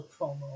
promo